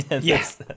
Yes